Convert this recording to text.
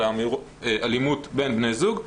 אלא אלימות בין בני זוג.